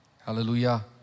Hallelujah